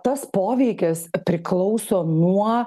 tas poveikis priklauso nuo